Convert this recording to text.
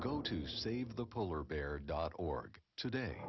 go to save the polar bear dot org today